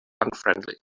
unfriendly